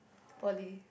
poly